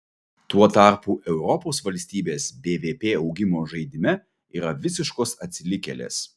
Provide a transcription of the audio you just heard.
tuo tarpu europos valstybės bvp augimo žaidime yra visiškos atsilikėlės